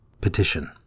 Petition